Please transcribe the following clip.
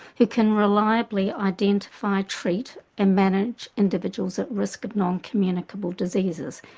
who can reliably identify, treat and manage individuals at risk of non-communicable diseases.